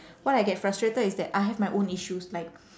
what I get frustrated is that I have my own issues like